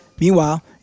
Meanwhile